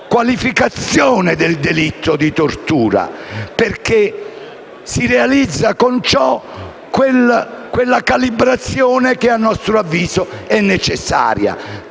qualificazione del delitto di tortura, perché si realizza con ciò quella calibratura che - a nostro avviso - è necessaria